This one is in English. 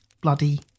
bloody